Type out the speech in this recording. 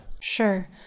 Sure